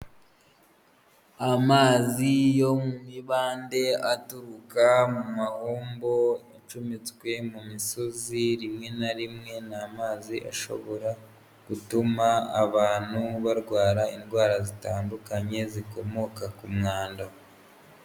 Amazi yo mu mibande aturuka mu mahombo icometswe mu misozi, rimwe na rimwe ni amazi ashobora gutuma abantu barwara indwara zitandukanye zikomoka ku mwanda.